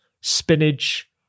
spinach